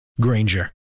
Granger